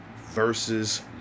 versus